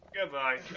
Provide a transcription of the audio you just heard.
Goodbye